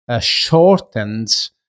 shortens